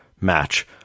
match